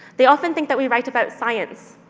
they often think that we write about science.